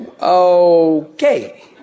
okay